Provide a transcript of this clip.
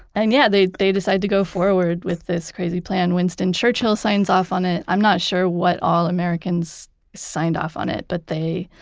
and yeah, they they decided to go forward with this crazy plan. winston winston churchill signs off on it. i'm not sure what all americans signed off on it, but they,